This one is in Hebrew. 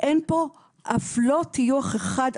אין פה אף לא טיוח אחד.